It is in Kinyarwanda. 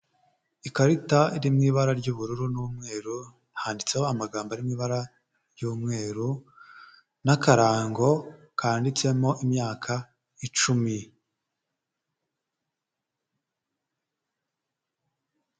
Ikarita iri mu ibara ry'ubururu n'umweru, handitseho amagambo ari mu ibara ry'umweru, n'akarango kanditsemo imyaka icumi.